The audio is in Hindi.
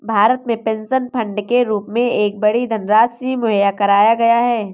भारत में पेंशन फ़ंड के रूप में एक बड़ी धनराशि मुहैया कराया गया है